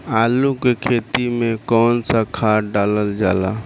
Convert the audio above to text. आलू के खेती में कवन सा खाद डालल जाला?